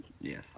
Yes